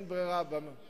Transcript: מה שאדוני השר אומר חשוב, כי